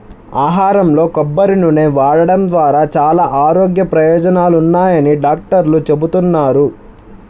ఆహారంలో కొబ్బరి నూనె వాడటం ద్వారా చాలా ఆరోగ్య ప్రయోజనాలున్నాయని డాక్టర్లు చెబుతున్నారు